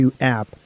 app